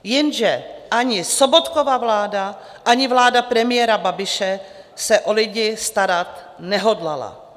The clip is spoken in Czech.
Jenže ani Sobotkova vláda, ani vláda premiéra Babiše se o lidi starat nehodlala.